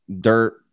dirt